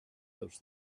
those